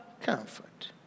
comfort